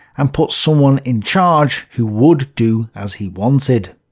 and put someone in charge who would do as he wanted.